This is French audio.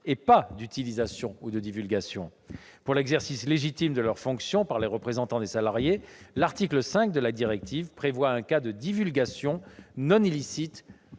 pas d'utilisation ou de divulgation. Pour l'exercice légitime de leurs fonctions par les représentants des salariés, l'article 5 de la directive prévoit, lui, un cas de divulgation non illicite